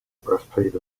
breastplate